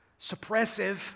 suppressive